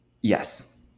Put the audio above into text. Yes